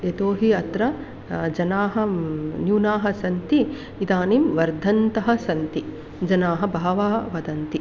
यतो हि अत्र जनाः न्यूनाः सन्ति इदानीं वर्धन्तः सन्ति जनाः बहवः वदन्ति